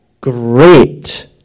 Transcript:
great